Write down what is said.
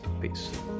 peace